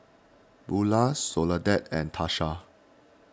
Beulah Soledad and Tarsha